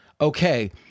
okay